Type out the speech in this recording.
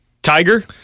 Tiger